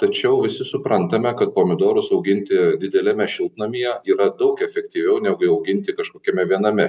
tačiau visi suprantame kad pomidorus auginti dideliame šiltnamyje yra daug efektyviau negu jį auginti kažkokiame viename